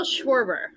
Schwarber